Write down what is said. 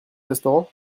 restaurant